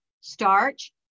starch